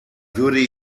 würde